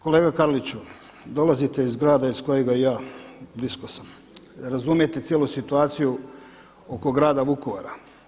Kolega Karliću, dolazite iz grada iz kojega i ja blisko sam, razumijete cijelu situaciju oko grada Vukovara.